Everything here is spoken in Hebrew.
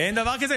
אין דבר כזה?